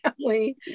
family